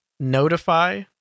notify